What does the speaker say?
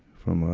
from, ah,